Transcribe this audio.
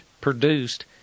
produced